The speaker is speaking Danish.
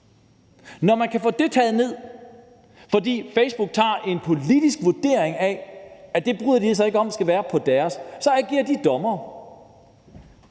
når man kan få det taget ned, fordi Facebook foretager en politisk vurdering og beslutter, at det bryder de sig ikke om på deres medie, så agerer de dommere.